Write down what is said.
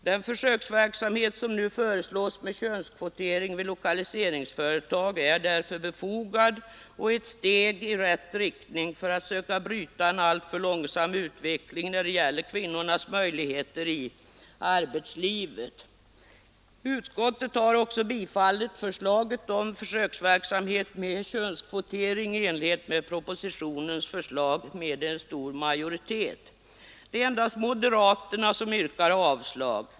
Den försöksverksamhet med könskvotering vid lokaliseringsföretag som nu föreslås är därför befogad och ett steg i rätt riktning för att söka bryta en alltför långsam utveckling när det gäller kvinnornas möjligheter i arbetslivet. Utskottet har också med stor majoritet tillstyrkt förslaget om försöksverksamhet med könskvotering i enlighet med propositionens förslag. Det är endast moderaterna som yrkar avslag.